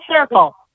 circle